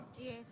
yes